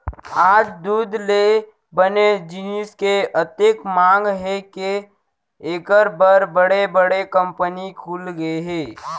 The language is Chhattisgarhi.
आज दूद ले बने जिनिस के अतेक मांग हे के एकर बर बड़े बड़े कंपनी खुलगे हे